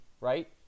right